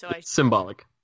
Symbolic